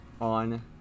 on